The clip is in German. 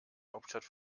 hauptstadt